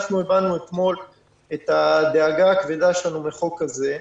אנחנו הבענו אתמול את הדאגה הכללית שלנו מהחוק הזה.